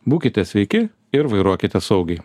būkite sveiki ir vairuokite saugiai